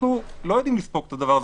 אנחנו לא יודעים לספוג את הדבר הזה.